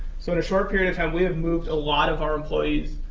so in a short period of time, we have moved a lot of our employees,